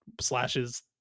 slashes